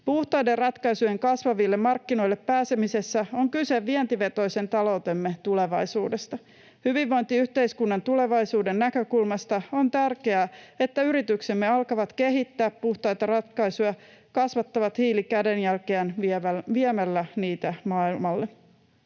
Puhtaiden ratkaisujen kasvaville markkinoille pääsemisessä on kyse vientivetoisen taloutemme tulevaisuudesta. Hyvinvointiyhteiskunnan tulevaisuuden näkökulmasta on tärkeää, että yrityksemme alkavat kehittää puhtaita ratkaisuja ja kasvattavat hiilikädenjälkeään viemällä niitä maailmalle.